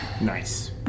Nice